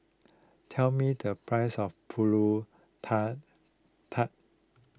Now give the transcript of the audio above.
tell me the price of Pulut Tatal